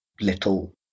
little